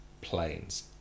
planes